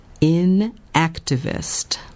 Inactivist